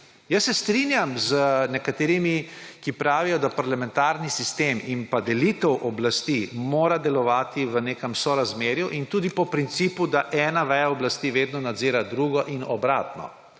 Jaz se strinjam z nekaterimi, ki pravijo, da parlamentarni sistem in delitev oblasti mora delovati v nekem sorazmerju in tudi po principu, da ena veja oblasti vedno nadzira drugo in obratno.